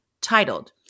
titled